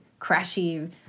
crashy